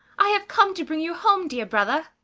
i have come to bring you home, dear brother!